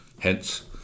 Hence